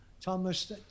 Thomas